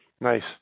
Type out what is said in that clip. nice